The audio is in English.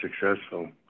successful